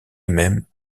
même